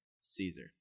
Caesar